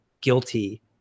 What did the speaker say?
guilty